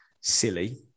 silly